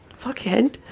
Fuckhead